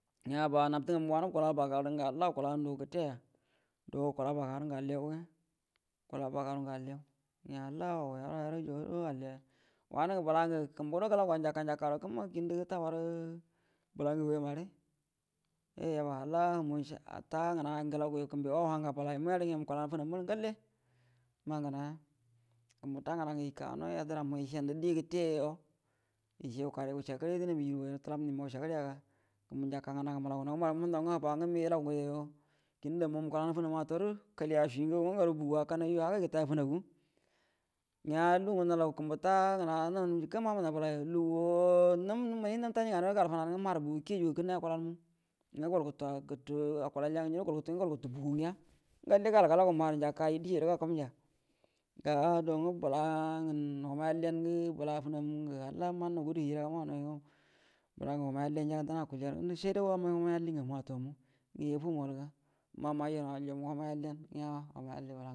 Nalo tə ngamu ngə wand wukula baga yu ngə halla ukula handuwa gəteya do ukula baka rungə alliyauga ukula buga rungə alliyau nga halla wau yerwa yəru daudo alliyuya wanungə bəlangə kumboda gəlaguwa njaka-njakaro kəmma kindal galtabaral bəla ngaguya mare yai yaga halla humu-ta ngna ngə gəlaguwal kumbugo wau wamaiya bəlayu mu mare nya mukulanau funammarə ngalle maugənauya kumbu ta ngua ngə ika gəno ndə anmu ishandə di gəte yoyo wukarə ushagərə yaɗnami juru təlam ujuma ushagəru yaga marunau ga maru mumau nga huba nga mulaguyo kində damina mukula fananma atauru kəliya shui ngagu nga garu bugu akanaiju hagai gətaya funagu nya lungu nulagu kumbu ta ngona jikə mamunnnauwa bəlayu luguwa nam-məni num tani ngando gal gunanə nga mar bugu ki yaiju gakənnai akulalmu nga gol gutua-gutu-gutu akulya ngə jurudo gol gutu nga gutu bugu nya ngalle gal galagu mar njaka yanju dishi yairo gau kanja ga ha dau nga bəlangə wamai alliyangə bəla funamu ngə halla manuau gudu hijiraga maunauyo bəlangə wamai alliyangə gə bəlayo akulya ngundu shaide wamai alli ngamu atomu ngə ya famuwal ga mau majaihawal yo mungə wainai alliyan nya wamai alli bəla.